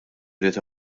jrid